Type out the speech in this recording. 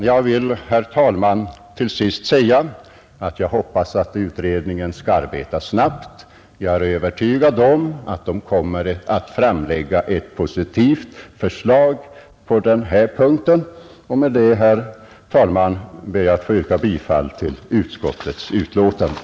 Jag vill, herr talman, till sist säga att jag hoppas att utredningen skall arbeta snabbt, och att den kommer att framlägga ett positivt förslag i den här frågan. Med det, herr talman, ber jag att få yrka bifall till utskottets hemställan.